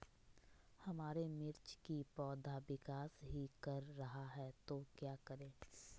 हमारे मिर्च कि पौधा विकास ही कर रहा है तो क्या करे?